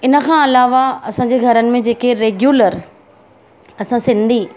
हिन खां अलावा असांजे घरनि में जेके रेग्युलर असां सिंधी